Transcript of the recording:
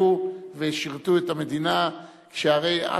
והיא תועבר לוועדת החוץ והביטחון על מנת להכינה לקריאה ראשונה.